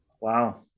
Wow